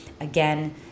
again